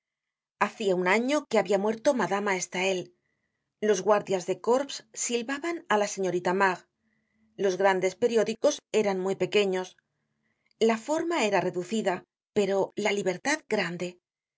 hacia un año que habia muerto madama stael los guardias de corps silbaban á la señorita mars los grandes periódicos eran muy pequeños la forma era reducida pero la libertad grande el